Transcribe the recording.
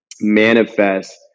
manifest